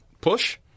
push